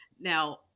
Now